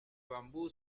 bambú